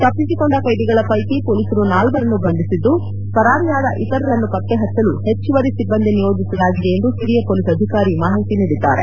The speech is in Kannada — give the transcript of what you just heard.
ತಪ್ಪಿಸಿಕೊಂಡ ಖೈದಿಗಳ ಪೈಕಿ ಪೊಲೀಸರು ನಾಲ್ವರನ್ನು ಬಂಧಿಸಿದ್ದು ಪರಾರಿಯಾದ ಇತರರನ್ನು ಪತ್ತೆ ಹಚ್ಚಲು ಹೆಚ್ಚುವರಿ ಸಿಬ್ಬಂದಿ ನಿಯೋಜಿಸಲಾಗಿದೆ ಎಂದು ಹಿರಿಯ ಪೊಲೀಸ್ ಅಧಿಕಾರಿ ಮಾಹಿತಿ ನೀಡಿದ್ದಾರೆ